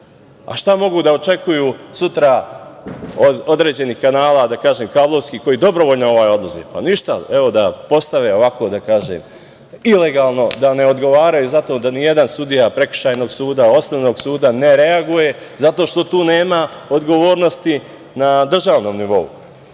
Šta mogu da očekuju sutra od određenih kanala, da kažem, kablovskih koji dobrovoljno odlaze? Ništa, da postave, ovako da kažem, ilegalno da ne odgovaraju za to, da ni jedan sudija prekršajnog suda, osnovnog suda ne reaguje zato što tu nema odgovornosti na državnom nivou. Tu